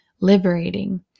liberating